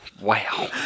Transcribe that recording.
Wow